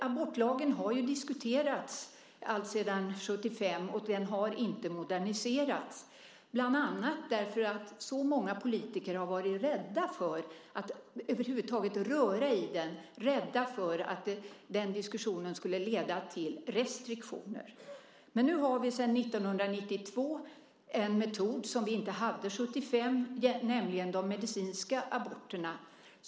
Abortlagen har diskuterats alltsedan 1975, och den har inte moderniserats, bland annat därför att så många politiker har varit rädda för att över huvud taget röra i den. De har varit rädda för att den diskussionen skulle leda till restriktioner. Nu har vi sedan 1992 en metod som vi inte hade 1975, nämligen de medicinska aborterna.